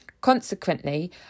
Consequently